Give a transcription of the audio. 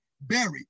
buried